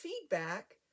feedback